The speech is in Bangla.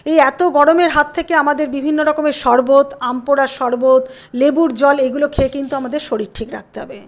এই এতো গরমের হাত থেকে আমাদের বিভিন্ন রকমের শরবত আম পোড়ার শরবত লেবুর জল এইগুলো খেয়ে কিন্তু আমাদের শরীর ঠিক রাখতে হবে